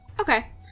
Okay